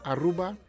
Aruba